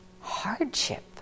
hardship